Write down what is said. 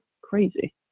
crazy